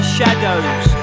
shadows